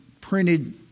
printed